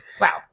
Wow